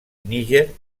níger